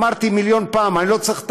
אמרתי מיליון פעם: אני לא צריך את